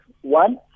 one